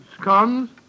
Scones